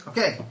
Okay